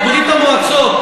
בברית-המועצות,